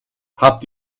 habt